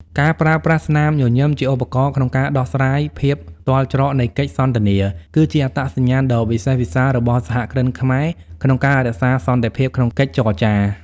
ការប្រើប្រាស់ "ស្នាមញញឹម" ជាឧបករណ៍ក្នុងការដោះស្រាយភាពទាល់ច្រកនៃកិច្ចសន្ទនា គឺជាអត្តសញ្ញាណដ៏វិសេសវិសាលរបស់សហគ្រិនខ្មែរក្នុងការរក្សាសន្តិភាពក្នុងកិច្ចចរចា។